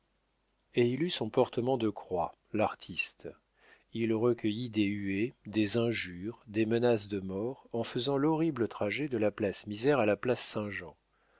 et il eut son portement de croix l'artiste il recueillit des huées des injures des menaces de mort en faisant l'horrible trajet de la place misère à la place saint-jean